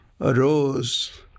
arose